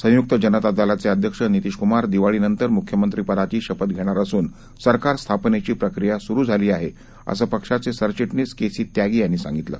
संयुक्त जनता दलाचे अध्यक्ष नितिश कुमार दिवाळीनंतर मुख्यमंत्री पदाची शपथ घेणार असून सरकार स्थापनेची प्रक्रिया सुरु झाली आहे असं पक्षाचे सरचिटणीस के सी त्यागी यांनी सांगितलं